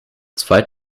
zwei